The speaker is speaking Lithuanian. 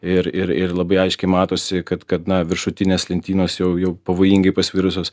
ir ir ir labai aiškiai matosi kad kad na viršutinės lentynos jau jau pavojingai pasvirusios